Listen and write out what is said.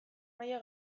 maila